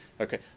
Okay